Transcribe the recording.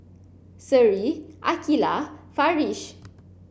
Seri Aqeelah Farish